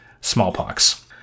smallpox